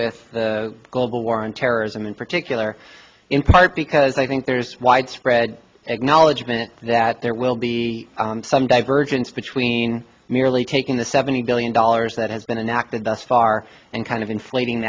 with the global war on terrorism in particular in part because i think there's widespread acknowledgement that there will be some divergence between merely taking the seventy billion dollars that has been enacted thus far and kind of inflating